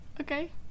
Okay